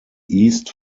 east